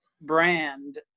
brand